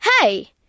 Hey